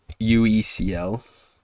uecl